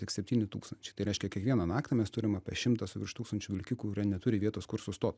tik septyni tūkstančiai tai reiškia kiekvieną naktį mes turim apie šimtą virš tūkstančių vilkikų kurie neturi vietos kur sustot